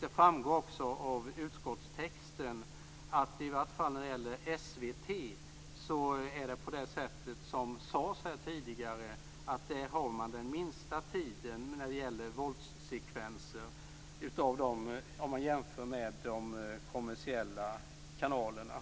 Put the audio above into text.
Det framgår också av utskottstexten att det i varje fall när det gäller SVT är så, som sades här tidigare, att man där har minst tid med våldssekvenser jämfört med de kommersiella kanalerna.